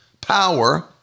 Power